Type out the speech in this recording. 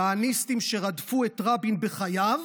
כהניסטים שרדפו את רבין בחייו